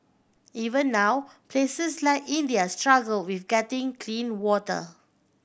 even now places like India struggle with getting clean water